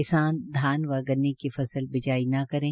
किसान धान व गन्ने की फसल बिजाई न करे